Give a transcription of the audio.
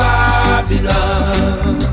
Babylon